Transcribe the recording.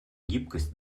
гибкость